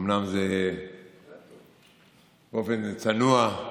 אומנם זה באופן צנוע,